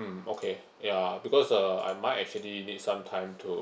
mm okay ya because uh I might actually need some time to